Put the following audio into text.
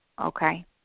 okay